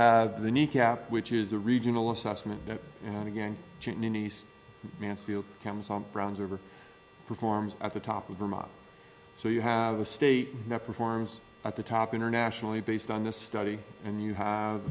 have the kneecap which is a regional assessment and again nice mansfield comes on rounds over performs at the top of vermont so you have a state that performs at the top internationally based on the study and you have